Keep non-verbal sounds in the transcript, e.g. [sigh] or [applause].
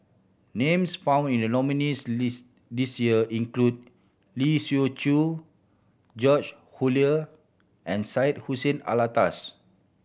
names found in the nominees' list this year include Lee Siew Choh George [unintelligible] and Syed Hussein Alatas